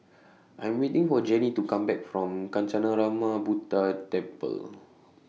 I'm waiting For Jenny to Come Back from Kancanarama Buddha Temple